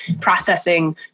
processing